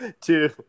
Two